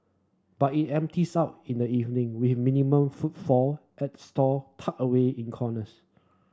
but it empties out in the evening with minimal footfall at stall tucked away in corners